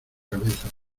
cabeza